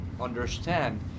understand